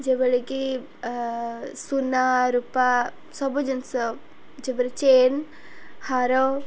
ଯେଭଳିକି ସୁନା ରୂପା ସବୁ ଜିନିଷ ଯେପରି ଚେନ୍ ହାର